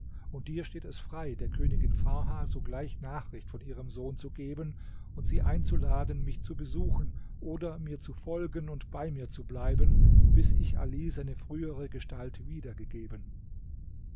und dir steht es frei der königin farha sogleich nachricht von ihrem sohn zu geben und sie einzuladen mich zu besuchen oder mir zu folgen und bei mir zu bleiben bis ich ali seine frühere gestalt wiedergegeben